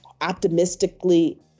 optimistically